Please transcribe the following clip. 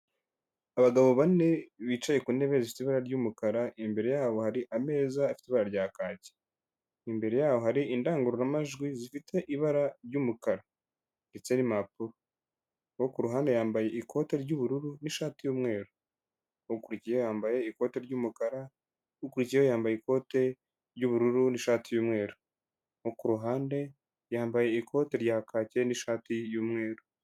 Abagabo bane bicaye ku ntebe zifite ibara ry'umukara imbere yabo hari ameza afite ibara rya kake. Imbere yaho hari indangururamajwi zifite ibara ry'umukara ndetse n'impapuro. Uwo ku ruhande yambaye ikoti ry'ubururu n'ishati y'umweru, ukurikiyeho yambaye ikoti ry'umukara, ukurikiyeho yambaye ikote ry'ubururu n'ishati y'umweru, uwo ku ruhande yambaye ikote rya kaki n'ishati y'umweru.